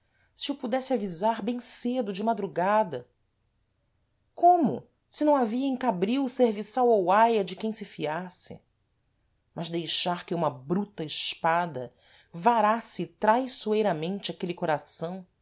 se o pudesse avisar bem cedo de madrugada como se não havia em cabril serviçal ou aia de quem se fiasse mas deixar que uma bruta espada varasse traiçoeiramente aquele coração